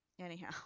anyhow